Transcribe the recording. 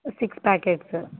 six packets